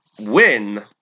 win